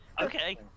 Okay